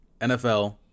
NFL